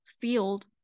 field